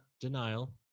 denial